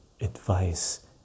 advice